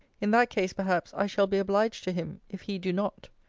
in that case, perhaps, i shall be obliged to him, if he do not.